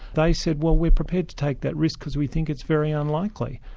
they said, well, we're prepared to take that risk because we think it's very unlikely.